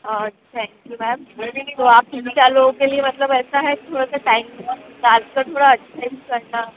और thank you ma'am तो आप तीन चार लोगों के लिए मतलब ऐसा है थोड़ा सा टैम चार थोड़ा करना